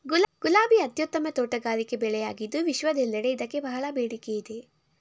ಗುಲಾಬಿ ಅತ್ಯುತ್ತಮ ತೋಟಗಾರಿಕೆ ಬೆಳೆಯಾಗಿದ್ದು ವಿಶ್ವದೆಲ್ಲೆಡೆ ಇದಕ್ಕೆ ಬಹಳ ಬೇಡಿಕೆ ಇದೆ